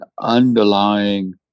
underlying